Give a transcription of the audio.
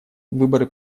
выборы